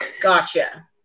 Gotcha